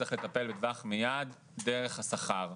צריך לטפל בטווח המיידי דרך השכר.